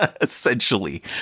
essentially